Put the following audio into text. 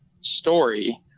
story